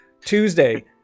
Tuesday